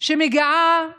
שמגיעה מלמעלה.